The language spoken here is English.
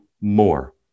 more